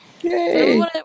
Yay